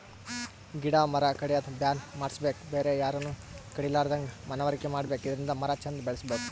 ಗಿಡ ಮರ ಕಡ್ಯದ್ ಬ್ಯಾನ್ ಮಾಡ್ಸಬೇಕ್ ಬೇರೆ ಯಾರನು ಕಡಿಲಾರದಂಗ್ ಮನವರಿಕೆ ಮಾಡ್ಬೇಕ್ ಇದರಿಂದ ಮರ ಚಂದ್ ಬೆಳಸಬಹುದ್